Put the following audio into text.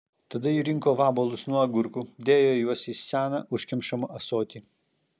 tada ji rinko vabalus nuo agurkų dėjo juos į seną užkemšamą ąsotį